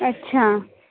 अच्छा